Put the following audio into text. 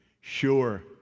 Sure